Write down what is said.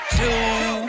two